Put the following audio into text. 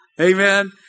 Amen